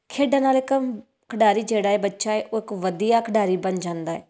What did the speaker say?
ਖੇਡਾਂ ਨਾਲ ਇੱਕ ਖਿਡਾਰੀ ਜਿਹੜਾ ਹੈ ਬੱਚਾ ਹੈ ਉਹ ਇੱਕ ਵਧੀਆ ਖਿਡਾਰੀ ਬਣ ਜਾਂਦਾ ਹੈ